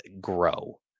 grow